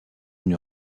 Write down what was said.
une